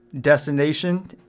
destination